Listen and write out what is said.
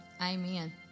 Amen